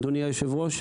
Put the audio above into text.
אדוני היושב-ראש,